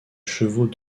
chevaux